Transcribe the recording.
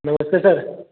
नमस्ते सर